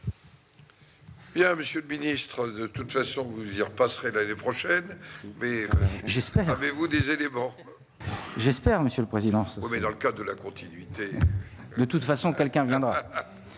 Bien, monsieur le ministre, de toute façon vous dire passerait l'année prochaine. Mais j'espère, avez-vous des éléments, j'espère, monsieur le président, mais dans le cas de la continuité. Le toute façon quelqu'un viendra